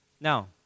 Now